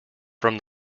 from